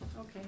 Okay